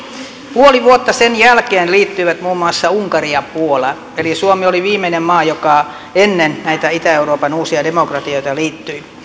puoli vuotta sen jälkeen liittyivät muun muassa unkari ja puola eli suomi oli viimeinen maa joka ennen näitä itä euroopan uusia demokratioita liittyi